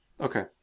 okay